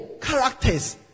characters